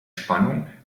spannung